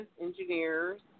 engineers